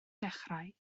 dechrau